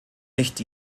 nicht